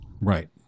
Right